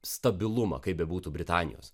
stabilumą kaip bebūtų britanijos